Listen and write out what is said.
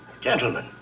Gentlemen